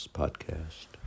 podcast